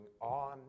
on